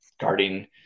guarding